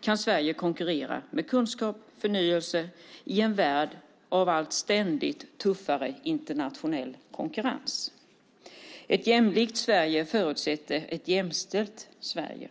kan Sverige konkurrera med kunskap och förnyelse i en värld av ständigt tuffare internationell konkurrens. Ett jämlikt Sverige förutsätter ett jämställt Sverige.